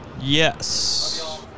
Yes